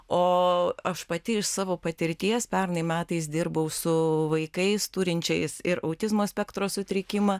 o aš pati iš savo patirties pernai metais dirbau su vaikais turinčiais ir autizmo spektro sutrikimą